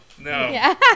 No